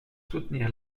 soutenir